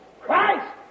Christ